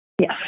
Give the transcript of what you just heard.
Yes